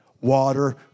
water